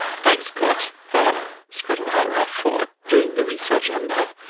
thanks, scott ah scott o'hara, for doing the research on that.